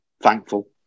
thankful